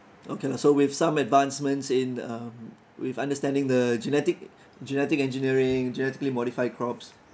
okay lah so with some advancements in um with understanding the genetic genetic engineering genetically modified crops